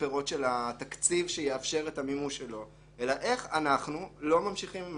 הפירות של התקציב שיאפשר את המימוש שלו אלא איך אנחנו לא ממשיכים עם